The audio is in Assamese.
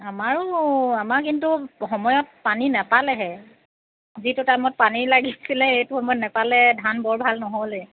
আমাৰো আমাৰ কিন্তু সময়ত পানী নাপালেহে যিটো টাইমত পানী লাগিছিলে সেইটো সময়ত নাপালে ধান বৰ ভাল নহ'লে